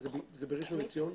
בראשון לציון.